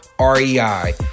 REI